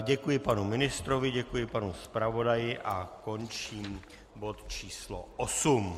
Děkuji panu ministrovi, děkuji panu zpravodaji a končím bod číslo 8.